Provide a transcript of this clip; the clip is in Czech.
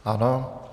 Ano.